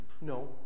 No